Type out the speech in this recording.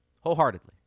Wholeheartedly